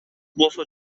болсо